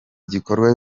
gikorwa